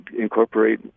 incorporate